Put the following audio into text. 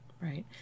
Right